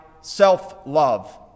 self-love